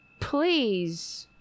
Please